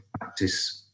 practice